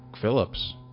Phillips